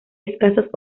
escasas